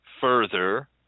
further